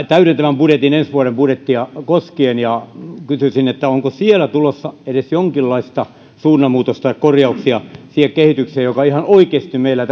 täydentävän budjetin ensi vuoden budjettia koskien kysyisin onko siinä tulossa edes jonkinlaista suunnanmuutosta tai korjauksia siihen kehitykseen joka ihan oikeasti meillä